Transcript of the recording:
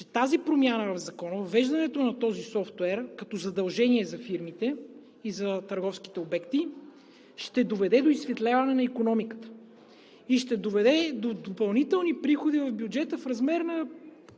че тази промяна в Закона, въвеждането на този софтуер като задължение за фирмите и за търговските обекти ще доведе до изсветляване на икономиката, ще доведе до допълнителни приходи в бюджета в размер на